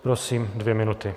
Prosím, dvě minuty.